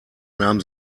nahm